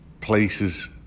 places